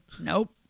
Nope